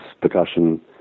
percussion